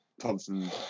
Thompson